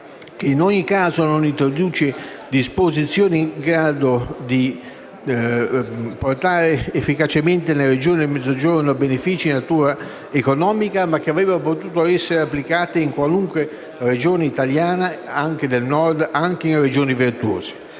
che in ogni caso non introduce disposizioni in grado di portare efficacemente, alle Regioni del Mezzogiorno, benefici di natura economica, bensì disposizioni che avrebbero potuto essere applicate in qualsiasi Regione italiana, anche del Nord e anche in Regioni virtuose.